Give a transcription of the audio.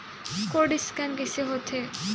Code scan कइसे होथे?